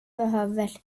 behöver